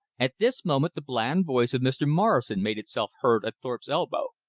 at this moment the bland voice of mr. morrison made itself heard at thorpe's elbow.